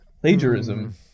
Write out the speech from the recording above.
plagiarism